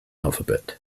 alphabet